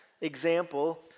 example